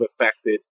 affected